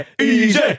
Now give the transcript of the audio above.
Easy